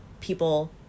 people